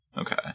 Okay